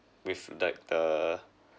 with like err